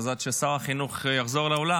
אז עד ששר החינוך יחזור לאולם,